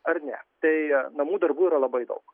ar ne tai namų darbų yra labai daug